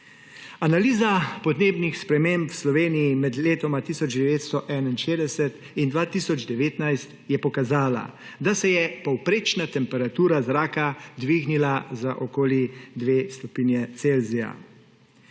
Analiza podnebnih sprememb v Sloveniji med letoma 1961 in 2019 je pokazala, da se je povprečna temperatura zraka dvignila za okoli dve stopinji Celzija.